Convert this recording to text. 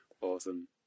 Awesome